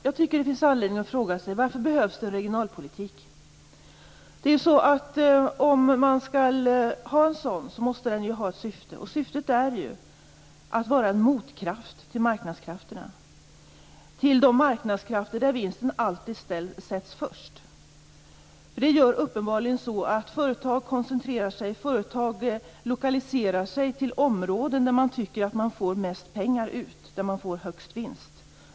Fru talman! Det finns anledning att fråga sig: Varför behövs det regionalpolitik? Om man skall ha en sådan måste den ha ett syfte, och syftet är ju att den skall vara en motkraft till de marknadskrafter som alltid sätter vinsten först. Det medför att företag koncentrerar sig och lokaliserar sig till områden där de får ut mest pengar, där de får största vinsten.